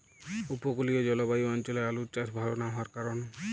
উপকূলীয় জলবায়ু অঞ্চলে আলুর চাষ ভাল না হওয়ার কারণ?